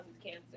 cancer